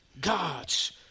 God's